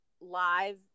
live